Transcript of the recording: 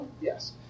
Yes